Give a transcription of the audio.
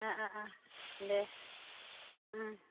अ अ अ दे